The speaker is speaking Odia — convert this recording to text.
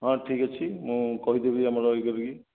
ହଁ ଠିକ୍ ଅଛି ମୁଁ କହିଦେବି ଆମର ଇଏ କରିକି